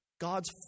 God's